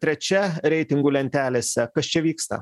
trečia reitingų lentelėse kas čia vyksta